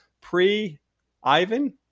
pre-Ivan